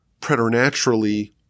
preternaturally